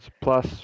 plus